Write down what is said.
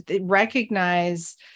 recognize